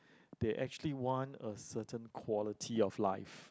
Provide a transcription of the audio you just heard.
they actually want a certain quality of life